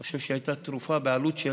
אני חושב שהייתה תרופה בעלות של